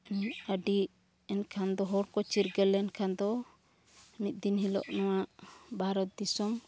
ᱟᱹᱰᱤ ᱮᱱᱠᱷᱟᱱ ᱫᱚ ᱦᱚᱲ ᱠᱚ ᱪᱤᱨᱜᱟᱹᱞ ᱞᱮᱱᱠᱷᱟᱱ ᱫᱚ ᱢᱤᱫ ᱫᱤᱱ ᱦᱤᱞᱳᱜ ᱱᱚᱣᱟ ᱵᱷᱟᱨᱚᱛ ᱫᱤᱥᱚᱢ